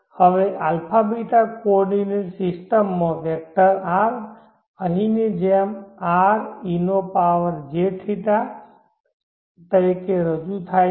હવે α β કોઓર્ડિનેંટ સિસ્ટમમાં vector R અહીંની જેમ R e નો પાવર iθ તરીકે રજૂ થાય છે